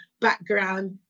background